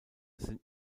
sind